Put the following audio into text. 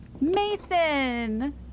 Mason